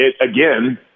again